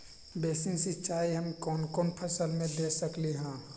Basin सिंचाई हम कौन कौन फसल में दे सकली हां?